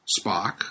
Spock